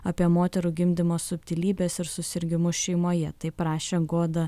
apie moterų gimdymo subtilybes ir susirgimus šeimoje taip parašė goda